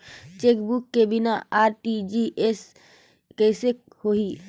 Chequebook के बिना RTGS कइसे होही?